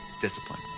discipline